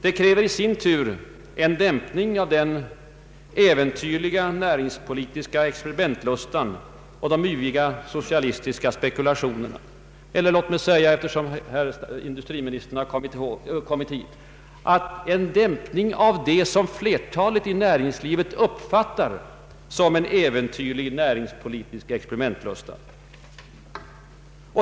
Låt mig säga, eftersom industriministern nu är närvarande i kammaren, att detta kräver en dämpning av de yviga socialistiska spekulationerna och av det som flertalet inom näringslivet ”uppfattar” som en äventyrlig näringspolitisk experimentlusta.